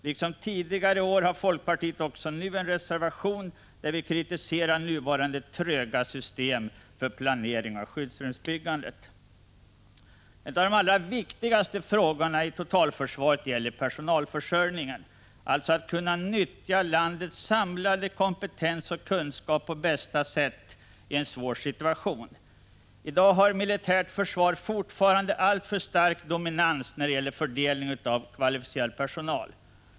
Liksom tidigare har folkpartiet också nu en reservation, där vi kritiserar nuvarande tröga system för planering av skyddsrumsbyggandet. En av de allra viktigaste frågorna inom totalförsvaret är personalförsörjningen, dvs. möjligheten att nyttja landets samlade kompetens och kunskap på bästa sätt i en svår situation. I dag har militärt försvar fortfarande alltför stark dominans när det gäller fördelningen av kvalificerad personal.